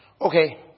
Okay